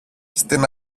στην